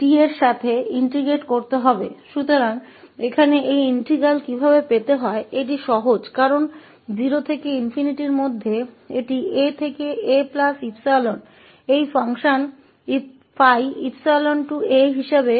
तो यहाँ यह इंटीग्रलकैसे प्राप्त किया जाए यह सरल है क्योंकि 0 से ∞ में इसे 𝑎 से 𝑎 𝜖 के रूप में परिभाषित किया जाता है यह फलन 𝜙𝜖a है